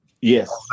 Yes